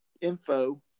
info